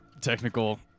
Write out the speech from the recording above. technical